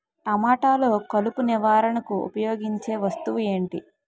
టమాటాలో కలుపు నివారణకు ఉపయోగించే వస్తువు ఏంటి?